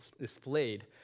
displayed